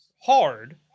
hard